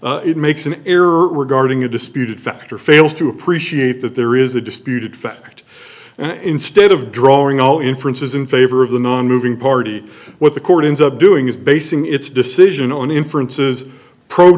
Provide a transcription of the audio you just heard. that it makes an error regarding a disputed fact or fails to appreciate that there is a disputed fact and instead of drawing all inferences in favor of the nonmoving party what the court ends up doing is basing its decision on inferences pro